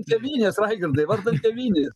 tėvynės raigardai vardan tėvynės